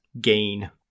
Gain